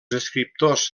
escriptors